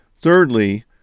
Thirdly